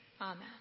Amen